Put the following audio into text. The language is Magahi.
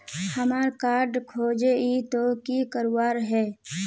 हमार कार्ड खोजेई तो की करवार है?